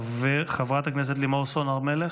חברת הכנסת לימור סון הר מלך,